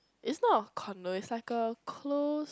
it's not a condo it's like a close